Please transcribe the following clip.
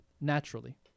Naturally